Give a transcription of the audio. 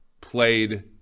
played